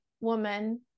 woman